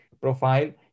profile